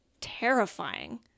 terrifying